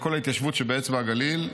בכל ההתיישבות באצבע הגליל,